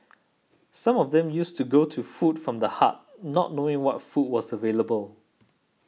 some of them used to go to Food from the Heart not knowing what food was available